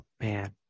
man